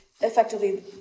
effectively